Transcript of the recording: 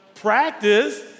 Practice